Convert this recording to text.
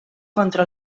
contra